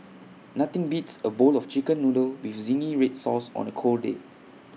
nothing beats A bowl of Chicken Noodles with Zingy Red Sauce on A cold day